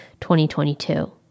2022